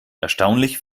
erstaunlich